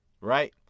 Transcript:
right